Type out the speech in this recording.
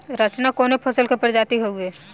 रचना कवने फसल के प्रजाति हयुए?